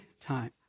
time